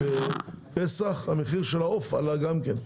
העצמאות ובפסח המחיר של העוף עלה גם כן.